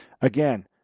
Again